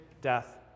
death